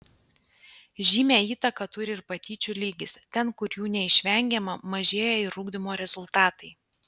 žymią įtaką turi ir patyčių lygis ten kur jų neišvengiama mažėja ir ugdymo rezultatai